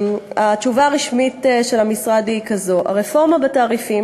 התשובה הרשמית של המשרד היא כזאת: הרפורמה בתעריפים